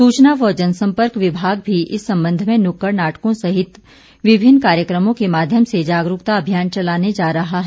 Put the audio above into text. सूचना व जन संपर्क विभाग भी इस संबंध में नुक्कड़ नाटकों सहित विभिन्न कार्यक्रमों के माध्यम से जागरूकता अभियान चलाने जा रहा है